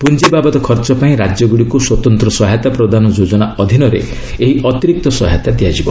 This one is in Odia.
ପୁଞ୍ଜିବାବଦ ଖର୍ଚ୍ଚ ପାଇଁ ରାଜ୍ୟଗୁଡ଼ିକୁ ସ୍ୱତନ୍ତ୍ର ସହାୟତା ପ୍ରଦାନ ଯୋଜନା ଅଧୀନରେ ଏହି ଅତିରିକ୍ତ ସହାୟତା ଦିଆଯିବ